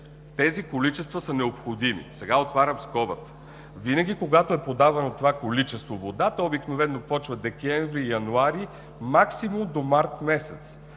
тези количества са необходими. Сега отварям скобата. Винаги, когато е подавано това количество вода, то обикновено започва през месеците декември, януари максимум до март месец.